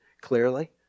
clearly